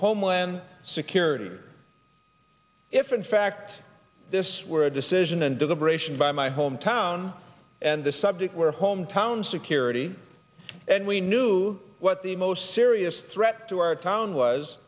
homeland security if in fact this were a decision and deliberation by my hometown and the subject where hometown security and we knew what the most serious threat to our town was